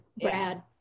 Brad